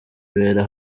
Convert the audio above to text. ibera